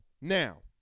Now